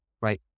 right